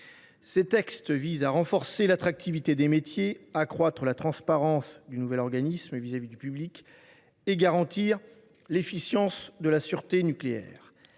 Ces textes visent à renforcer l’attractivité des métiers, à accroître la transparence du nouvel organisme vis à vis du public et à garantir l’efficience de la sûreté nucléaire.